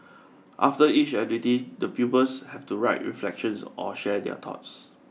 after each activity the pupils have to write reflections or share their thoughts